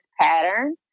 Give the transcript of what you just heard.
pattern